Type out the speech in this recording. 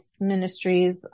Ministries